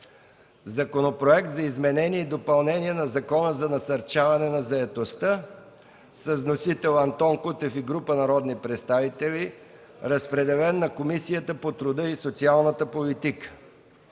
Законопроект за изменение и допълнение на Закона за насърчаване на заетостта. Вносители са Антон Кутев и група народни представители. Водеща е Комисията по труда и социалната политика.